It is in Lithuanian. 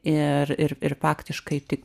ir ir ir faktiškai tik